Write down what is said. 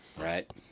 Right